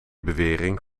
bewering